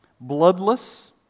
Bloodless